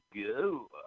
go